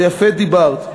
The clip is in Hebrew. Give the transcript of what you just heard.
ויפה דיברת.